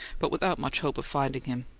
but without much hope of finding him.